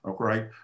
Okay